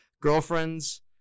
girlfriends